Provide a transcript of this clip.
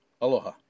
Aloha